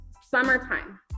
summertime